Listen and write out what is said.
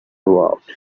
evolved